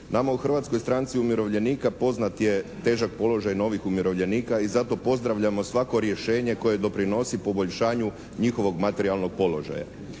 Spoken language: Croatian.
nama u Hrvatskoj stranci umirovljenika poznat je težak položaj novih umirovljenika i zato pozdravljamo svako rješenje koje doprinosi poboljšanju njihovog materijalnog položaja.